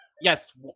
Yes